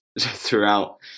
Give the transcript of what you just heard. throughout